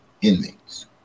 inmates